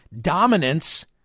dominance